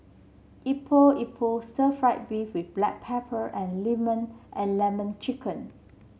Epok Epok stir fry beef with Black Pepper and lemon and lemon chicken